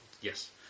yes